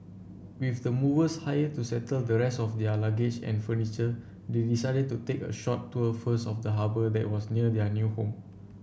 with the movers hired to settle the rest of their luggage and furniture they decided to take a short tour first of the harbour that was near their new home